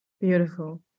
beautiful